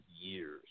years